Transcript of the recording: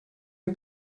mir